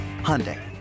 Hyundai